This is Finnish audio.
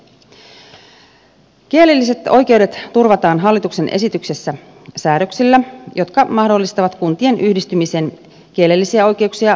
kielelliset oikeudet turvataan hallituksen esityksessä säädöksillä jotka mahdollistavat kuntien yhdistymisen kielellisiä oikeuksia vaarantamatta